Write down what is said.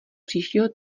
příštího